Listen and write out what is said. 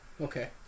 okay